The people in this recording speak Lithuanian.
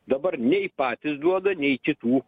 dabar nei patys duoda nei kitų